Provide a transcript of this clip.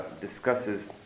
discusses